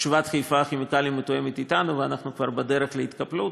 שתשובת חיפה כימיקלים מתואמת אתנו ואנחנו כבר בדרך להתקפלות.